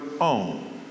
own